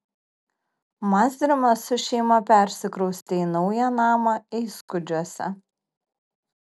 mazrimas su šeima persikraustė į naują namą eiskudžiuose